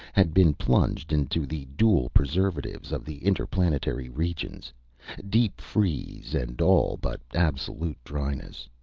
had been plunged into the dual preservatives of the interplanetary regions deep-freeze and all but absolute dryness.